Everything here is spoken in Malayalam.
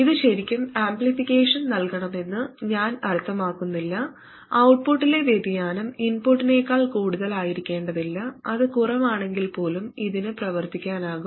ഇത് ശരിക്കും ആംപ്ലിഫിക്കേഷൻ നൽകണമെന്ന് ഞാൻ അർത്ഥമാക്കുന്നില്ല ഔട്ട്പുട്ടിലെ വ്യതിയാനം ഇൻപുട്ടിനേക്കാൾ കൂടുതലായിരിക്കേണ്ടതില്ല അത് കുറവാണെങ്കിൽപ്പോലും ഇതിന് പ്രവർത്തിക്കാനാകും